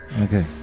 Okay